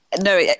No